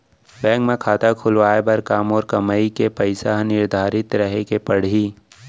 Bank म खाता खुलवाये बर का मोर कमाई के पइसा ह निर्धारित रहे के पड़ही?